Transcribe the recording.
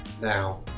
Now